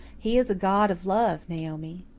he is a god of love, naomi.